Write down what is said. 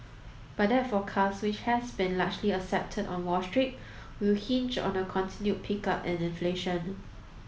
but that forecast which has been largely accepted on Wall Street will hinge on a continued pickup in inflation